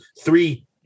three